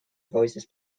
voices